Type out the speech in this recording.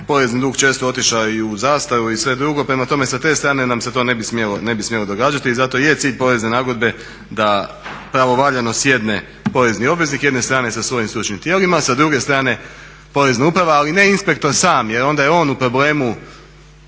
porezni dug često otišao i u zastaru i sve druge. Prema tome sa te strane nam se ne bi smjelo događati i zato je cilj porezne nagodbe da pravovaljano sjedne porezni obveznik jedne strane sa svojim stručnim tijelima, a sa druge strane Porezna uprava, ali ne inspektor sam jer onda je on u problemu